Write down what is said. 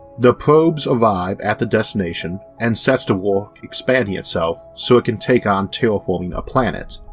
the probe arrives at the destination and sets to work expanding itself so it can take on terraforming a planet.